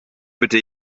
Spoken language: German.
bitte